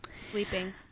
Sleeping